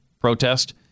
protest